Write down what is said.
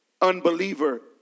unbeliever